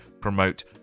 promote